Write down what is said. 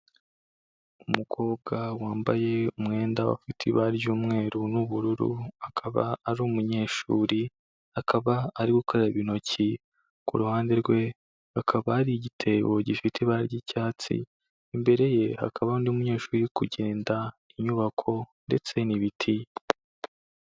Umukobwa wambaye umwenda ufite ibara ry'umweru n'ubururu, akaba ari umunyeshuri, akaba ari gukaraba intoki, ku ruhande rwe hakaba hari igitebo gifite ibara ry'icyatsi, imbere ye hakaba hari undi munyeshuri uri kugenda, inyubako ndetse n'ibiti.